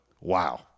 Wow